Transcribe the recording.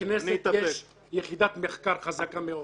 לכנסת יש יחידת מחקר חזקה מאוד.